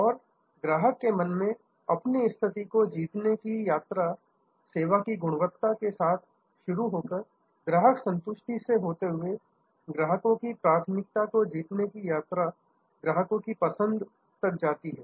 और ग्राहक के मन में अपनी स्थिति को जीतने की यात्रा सेवा की गुणवत्ता सर्विस क्वालिटी के साथ शुरू होकर ग्राहक की संतुष्टि से होते हुए ग्राहकों की प्राथमिकता को जीतने की यात्रा ग्राहक की पसंद तक जाती है